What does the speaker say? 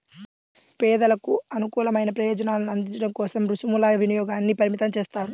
పేదలకు అనుకూలమైన ప్రయోజనాలను అందించడం కోసం రుసుముల వినియోగాన్ని పరిమితం చేస్తారు